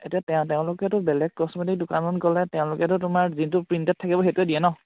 এতিয়া তেওঁ তেওঁলোকেতো বেলেগ কছমেটিক দোকানত গ'লে তেওঁলোকেতো তোমাৰ যোনটো প্ৰিণ্টেড থাকিব সেইটো দিয়ে ন